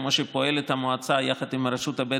כמו שפועלת המועצה יחד עם הרשות לפיתוח התיישבות